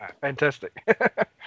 Fantastic